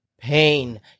Pain